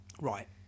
right